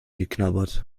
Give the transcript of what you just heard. geknabbert